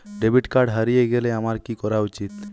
Debit card হারিয়ে গেলে আমার কি করা উচিৎ?